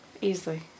Easily